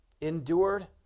endured